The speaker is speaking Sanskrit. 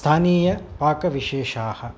स्थानीयपाकविशेषाः